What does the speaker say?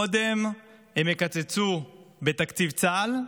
קודם הם יקצצו בתקציב צה"ל,